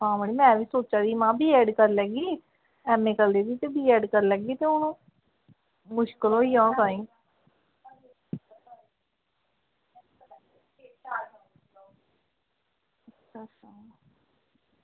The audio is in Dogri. आं मड़ी में बी सोचा दी ही बीएड करी लैगी एमए करी लेई ते बीएड करी ते ओह् मुश्कल होइया ताहीं